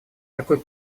такой